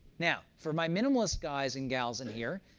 now for my minimalist guys and gals in here,